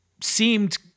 seemed